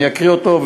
אני אקריא אותו,